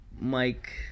Mike